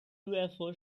ufo